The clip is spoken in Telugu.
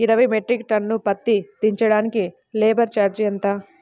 ఇరవై మెట్రిక్ టన్ను పత్తి దించటానికి లేబర్ ఛార్జీ ఎంత?